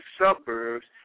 suburbs